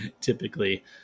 typically